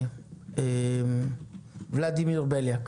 ולדימיר בליאק.